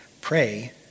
Pray